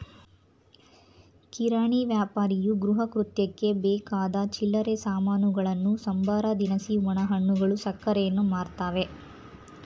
ಕಿರಾಣಿ ವ್ಯಾಪಾರಿಯು ಗೃಹಕೃತ್ಯಕ್ಕೆ ಬೇಕಾದ ಚಿಲ್ಲರೆ ಸಾಮಾನುಗಳನ್ನು ಸಂಬಾರ ದಿನಸಿ ಒಣಹಣ್ಣುಗಳು ಸಕ್ಕರೆಯನ್ನು ಮಾರ್ತವೆ